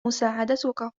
مساعدتك